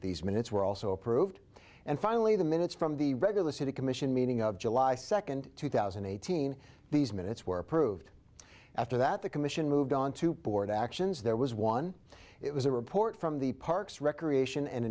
these minutes were also approved and finally the minutes from the regular city commission meeting of july second two thousand and eighteen these minutes were approved after that the commission moved on to board actions there was one it was a report from the parks recreation and